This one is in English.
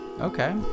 Okay